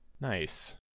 Nice